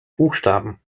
buchstaben